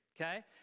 Okay